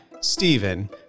Stephen